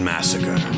Massacre